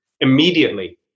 immediately